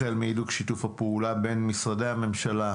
החל מהידוק שיתוף הפעולה בין משרדי הממשלה,